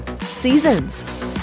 Seasons